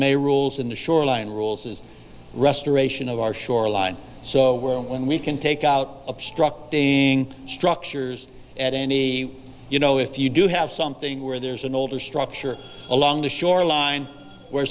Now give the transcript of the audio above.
a rules in the shoreline rules is restoration of our shoreline so when we can take out obstructing structures at any you know if you do have something where there's an older structure along the shoreline where